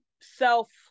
self